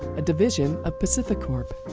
a division of pacificorp.